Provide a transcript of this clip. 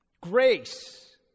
grace